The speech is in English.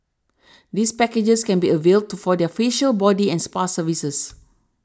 these packages can be availed to for their facial body and spa services